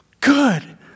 Good